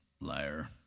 liar